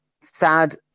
sad